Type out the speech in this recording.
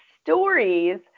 stories